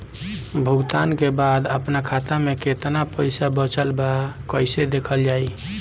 भुगतान के बाद आपन खाता में केतना पैसा बचल ब कइसे देखल जाइ?